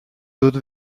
autres